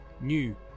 new